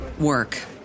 work